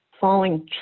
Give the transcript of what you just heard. falling